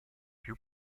più